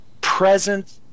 present